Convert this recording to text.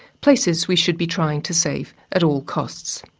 places we should be trying to save at all costs.